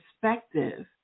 perspective